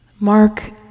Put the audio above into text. Mark